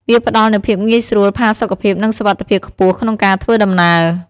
វាផ្តល់នូវភាពងាយស្រួល ផាសុកភាព និងសុវត្ថិភាពខ្ពស់ក្នុងការធ្វើដំណើរ។